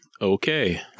okay